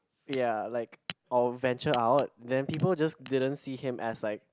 ya like or venture are odd then people just didn't see him as like